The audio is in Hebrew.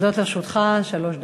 עומדות לרשותך שלוש דקות.